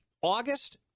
August